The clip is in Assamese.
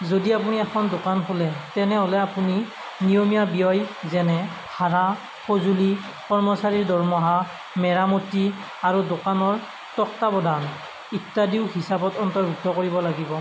যদি আপুনি এখন দোকান খোলে তেনেহ'লে আপুনি নিয়মীয়া ব্যয় যেনে ভাড়া সঁজুলি কৰ্মচাৰীৰ দৰমহা মেৰামতি আৰু দোকানৰ তত্বাৱধান ইত্যাদিও হিচাপত অন্তৰ্ভুক্ত কৰিব লাগিব